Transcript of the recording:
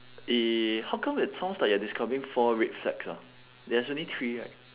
eh how come it sounds like you're describing four red flags ah there's only three right